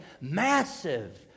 massive